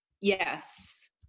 Yes